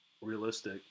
realistic